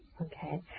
okay